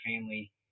family